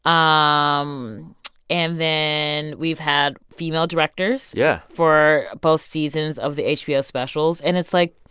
um um and then we've had female directors. yeah. for both seasons of the hbo specials. and it's like,